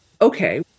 okay